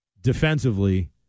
defensively